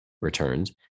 returns